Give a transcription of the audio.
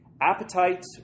Appetite